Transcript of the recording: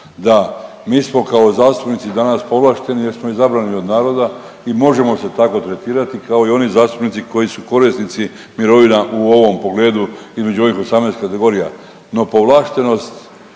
Da. Mi smo kao zastupnici danas povlašteni jer smo izabrani od naroda i možemo se tako tretirati kao i oni zastupnici koji su korisnici mirovina u ovom pogledu između ovih 18 kategorija.